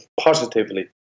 positively